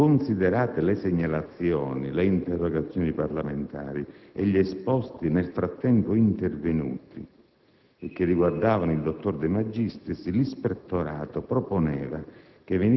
Nella medesima relazione, considerate le segnalazioni, le interrogazioni parlamentari e gli esposti nel frattempo pervenuti